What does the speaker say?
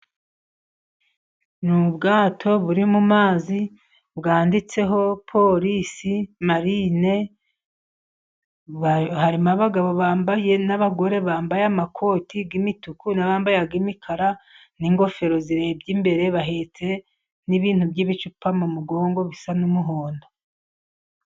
Ni ubwato buri mu mazi bwanditseho polisi marine. Harimo abagabo bambaye n'abagore bambaye amakoti y'imituku nabambayega imikara, n'ingofero zirebye imbere, bahetse n'ibintu by'ibicupa mu mugongo bisa n'umuhondo.